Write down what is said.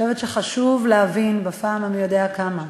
אני חושבת שחשוב להבין, בפעם המי-יודע-כמה,